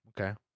Okay